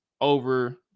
over